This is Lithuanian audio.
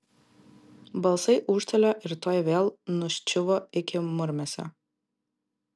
balsai ūžtelėjo ir tuoj vėl nuščiuvo iki murmesio